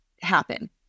happen